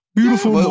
Beautiful